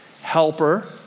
Helper